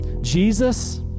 Jesus